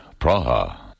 Praha